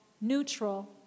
neutral